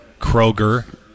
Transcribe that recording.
Kroger